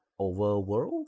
overworld